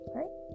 right